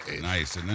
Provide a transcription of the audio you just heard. Nice